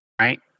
Right